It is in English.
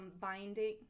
binding